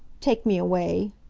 take me away!